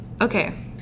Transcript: Okay